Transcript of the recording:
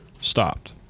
stopped